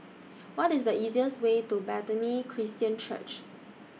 What IS The easiest Way to Bethany Christian Church